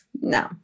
No